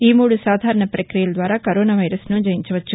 ఈ మూడు సాధారణ పక్రియల ద్వారా కరోనా వైరస్ను జయించవచ్చు